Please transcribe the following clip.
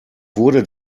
wurde